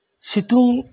ᱥᱤᱛᱩᱝ